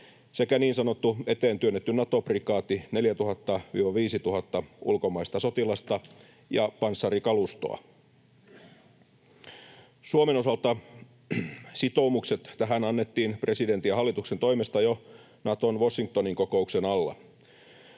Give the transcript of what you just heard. sekä niin sanottu eteen työnnetty Nato-prikaati, 4 000—5 000 ulkomaista sotilasta ja panssarikalustoa. Suomen osalta sitoumukset tähän annettiin presidentin ja hallituksen toimesta jo Naton Washingtonin kokouksen alla.